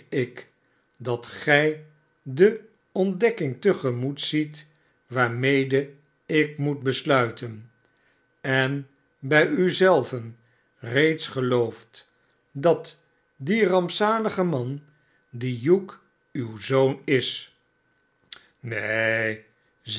ik dat gij de ontdekking te gemoet ziet waarmede ik moet besluiten en bij u zelven reeds geloofiydat die rampzalige man die hugh uw zoon is neen